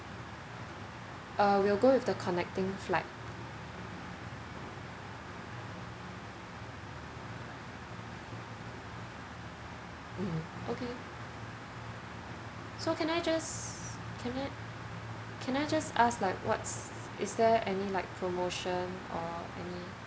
uh we'll go with the connecting flight mm okay so can I just can I can I just ask like what's is there any like promotions or any